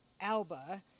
Alba